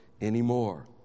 anymore